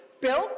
built